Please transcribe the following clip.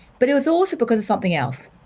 but it was also because of something else.